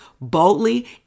boldly